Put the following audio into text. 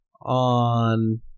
on